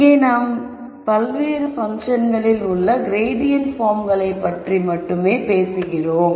இங்கே நாம் பல்வேறு பங்க்ஷன்களில் உள்ள க்ரேடியன்ட் பார்ம்களை பற்றி மட்டுமே பேசுகிறோம்